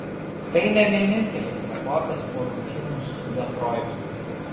tai ne vienintelis rekordas po rungtynių su detroitu